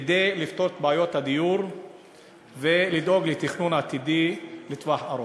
כדי לפתור את בעיות הדיור ולדאוג לתכנון עתידי לטווח ארוך?